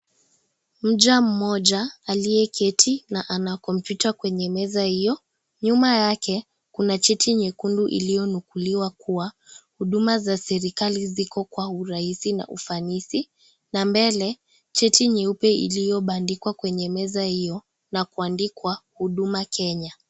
Mja mmoja aliyeketi na ana kompyuta kwenye meza hiyo. Nyuma yake, kuna cheti nyekundu iliyonukuliwa kuwa "Huduma za serikali ziko kwa urahisi na ufanisi" na mbele cheti nyeupe iliyobandikwa kwenye meza hiyo na kuandikwa "Huduma Kenya".